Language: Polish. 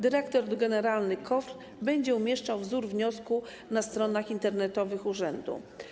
Dyrektor generalny KOWR będzie umieszczał wzór wniosku na stronach internetowych urzędu.